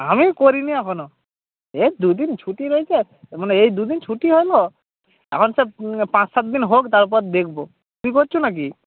আমি করি নি এখনো এই দু দিন ছুটি রয়েছে মানে এই দু দিন ছুটি হলো এখন সব পাঁচ সাত দিন হোক তারপর দেখবো তুই করছো নাকি